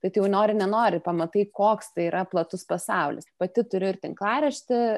tai tu jau nori nenori pamatai koks tai yra platus pasaulis pati turiu ir tinklaraštį